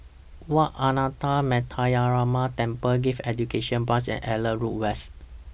Wat Ananda Metyarama Temple Gifted Education Branch and Auckland Road West